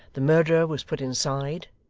the murderer was put inside,